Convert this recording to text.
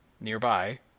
nearby